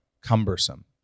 cumbersome